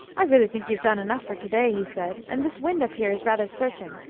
i really think you've done enough for to-day, he said. and this wind up here is rather searching.